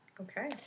Okay